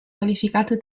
qualificate